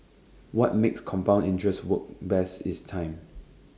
what makes compound interest work best is time